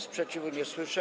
Sprzeciwu nie słyszę.